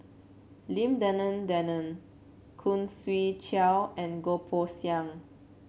Lim Denan Denon Khoo Swee Chiow and Goh Poh Seng